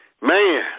Man